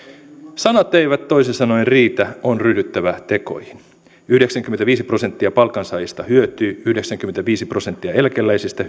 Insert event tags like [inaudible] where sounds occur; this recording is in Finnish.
sanat eivät toisin sanoen riitä on ryhdyttävä tekoihin yhdeksänkymmentäviisi prosenttia palkansaajista hyötyy yhdeksänkymmentäviisi prosenttia eläkeläisistä [unintelligible]